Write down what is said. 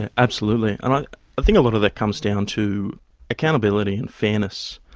and absolutely, and i think a lot of that comes down to accountability and fairness.